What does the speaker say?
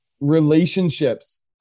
relationships